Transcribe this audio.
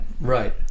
Right